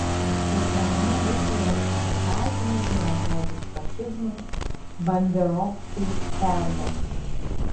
kiekviename rusijos pasisakyme yra žodis fašizmas banderovcai perversmas